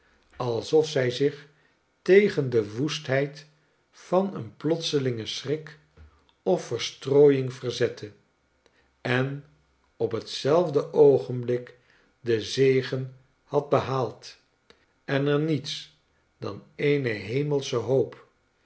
alsof zij zich tegen de woestheid van een plotselingen schrik of verstrooiing verzette en op hetzelfde oogenblik de zege had behaald en er niets dan eene hemelsche hoop